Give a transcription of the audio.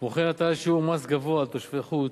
כמו כן, הטלת שיעור מס גבוה על תושבי חוץ,